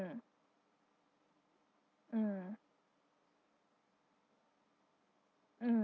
mm mm